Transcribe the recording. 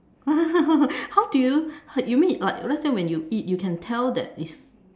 how did you you mean like let's say when you eat you can tell that it's